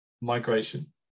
migration